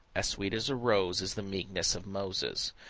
as sweet as a rose is the meekness of moses.